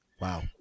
Wow